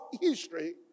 history